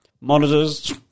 Monitors